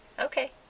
Okay